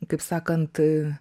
kaip sakant